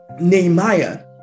Nehemiah